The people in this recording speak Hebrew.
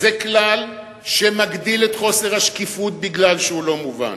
זה כלל שמגדיל את חוסר השקיפות מפני שהוא לא מובן.